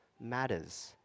matters